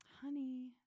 Honey